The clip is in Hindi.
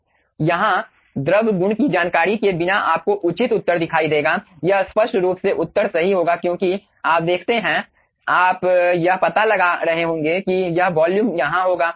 यहां द्रव गुन की जानकारी के बिना आपको उचित उत्तर दिखाई देगा यह स्पष्ट रूप से उत्तर सही होगा क्योंकि आप देखते हैं आप यह पता लगा रहे होंगे कि यह वॉल्यूम यहां होगा